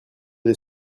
des